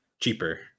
cheaper